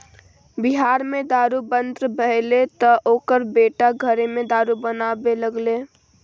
बिहार मे दारू बन्न भेलै तँ ओकर बेटा घरेमे दारू बनाबै लागलै